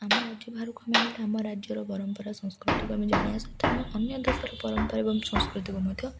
ଆମ ରାଜ୍ୟ ବାହାରକୁ ଆମେ ଗଲେ ଆମ ରାଜ୍ୟର ପରମ୍ପରା ସଂସ୍କୃତିକୁ ଆମେ ଜାଣିବା ସହିତ ଆମ ଅନ୍ୟ ଦେଶର ପରମ୍ପରା ଏବଂ ସଂସ୍କୃତିକୁ ମଧ୍ୟ